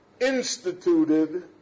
instituted